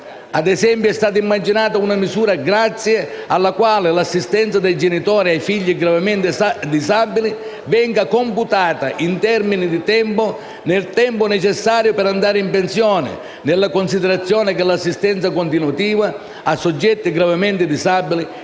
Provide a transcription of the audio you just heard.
Ad esempio, è stata immaginata una misura grazie alla quale l'assistenza dei genitori ai figli gravemente disabili venga computata, in termini di durata, nel tempo necessario per andare in pensione, in considerazione del fatto che l'assistenza continuativa a soggetti gravemente disabili